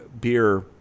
beer